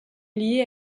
lié